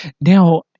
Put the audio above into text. Now